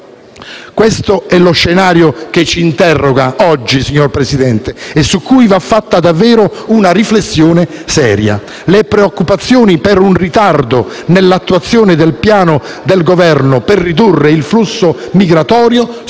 è lo scenario che ci interroga oggi e su cui va fatta una seria riflessione. Le preoccupazioni per un ritardo nell'attuazione del piano del Governo per ridurre il flusso migratorio sono